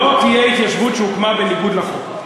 לא תהיה התיישבות שהוקמה בניגוד לחוק.